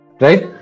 right